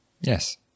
Yes